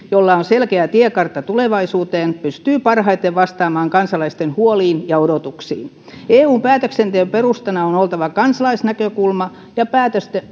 jolla on selkeä tiekartta tulevaisuuteen pystyy parhaiten vastaamaan kansalaisten huoliin ja odotuksiin eun päätöksenteon perustana on oltava kansalaisnäkökulma ja päätösten